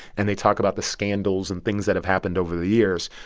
and they talk about the scandals and things that have happened over the years,